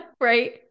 Right